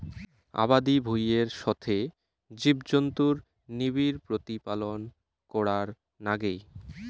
আবাদি ভুঁইয়ের সথে জীবজন্তুুর নিবিড় প্রতিপালন করার নাগে